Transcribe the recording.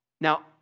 Now